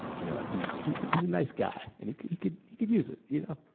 you know, he he's he's a nice guy. and he could could you could use it you know,